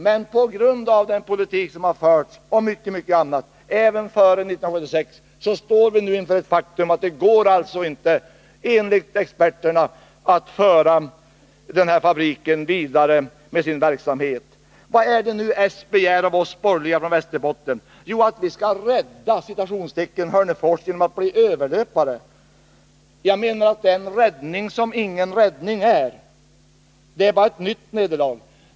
Men på grund av den politik som förts och mycket annat — även före 1976 — står vi nu inför ett faktum: det går inte, enligt experterna, att föra fabriken vidare med sin verksamhet. Vad är det nu socialdemokraterna begär av oss borgerliga från Västerbotten? Jo, att vi skall ”rädda” Hörnefors genom att bli överlöpare. Jag menar att det är en räddning som ingen räddning är — det är ett nytt nederlag.